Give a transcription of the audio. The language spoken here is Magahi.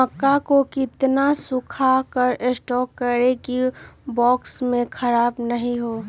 मक्का को कितना सूखा कर स्टोर करें की ओ बॉक्स में ख़राब नहीं हो?